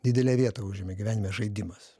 didelę vietą užėmė gyvenime žaidimas